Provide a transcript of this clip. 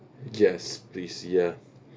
yes please ya